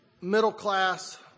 middle-class